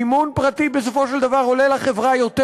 מימון פרטי בסופו של דבר עולה לחברה יותר.